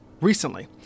Recently